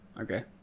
Okay